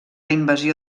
invasió